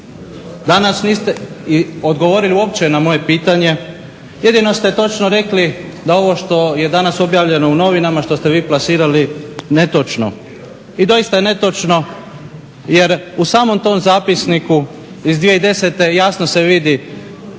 danas niste odgovorili uopće na moje pitanje, jedino ste točno rekli da ovo što je danas objavljeno u novinama što ste vi plasirali netočno. I doista je netočno jer u samom tom zapisniku iz 2010.jasno se vidi